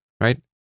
right